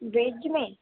veg میں